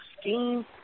scheme